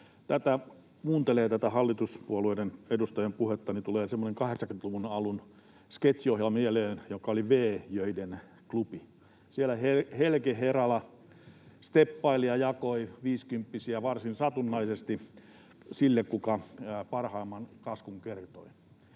tätä hallituspuolueiden edustajien puhetta, tulee mieleen semmoinen 80-luvun alun sketsiohjelma, joka oli V—joiden klubi. Siellä Helge Herala, steppailija, jakoi viisikymppisiä varsin satunnaisesti sille, kuka parhaimman kaskun kertoi.